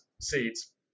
seeds